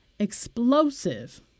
Explosive